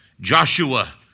Joshua